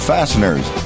Fasteners